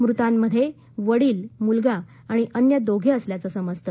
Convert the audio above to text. मृतांमध्ये वडील मुलगा आणि अन्य दोघे असल्याचे समजते